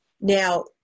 now